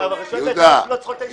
הרשויות לא צריכות את האישור שלי.